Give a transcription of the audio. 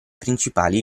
principali